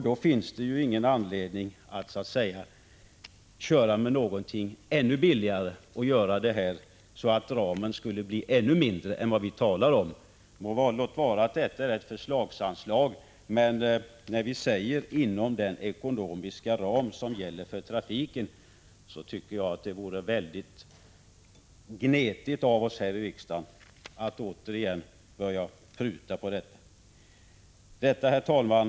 Det finns då ingen anledning att köra med någonting ännu billigare, så att ramen blir ännu mindre. Låt vara att detta är ett förslagsanslag, men när utskottet skriver ”inom den ekonomiska ram som gäller för trafiken” vore det gnetigt av riksdagen att återigen börja pruta. Herr talman!